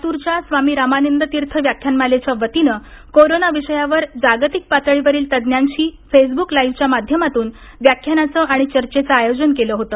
लातूरच्या स्वामी रामानंदतिर्थ व्याख्यानमालेच्या वतीनं कोरोना विषयावर जागतिक पातळीवरील तज्ज्ञांशी फेसबुक लाईव्ह च्या माध्यमातून व्याख्यानाचं आणि चर्चेचं आयोजन केल होत